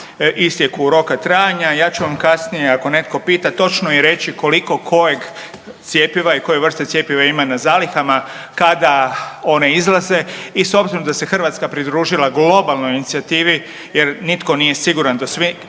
isteku roka trajanja, ja ću vam kasnije ako netko pita točno i reći koliko kojeg cjepiva i koje vrsta cjepiva ima na zalihama kada one izlaze i s obzirom da se Hrvatska pridružila globalnoj inicijativi jer nitko nije siguran da svi